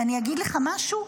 ואני אגיד לך משהו?